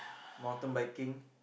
mountain biking